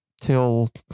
till